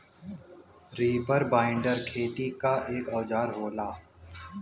reaper binder खेती क एक औजार होला